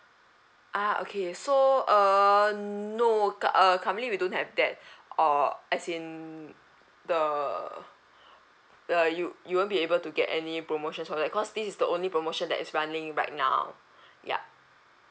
ah okay so err no cur~ err currently we don't have that or as in the the you you won't be able to get any promotions for that cause this is the only promotion that is running right now yup